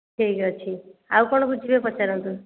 ଠିକ୍ ଅଛି ଆଉ କ'ଣ ବୁଝିବେ ପଚାରନ୍ତୁ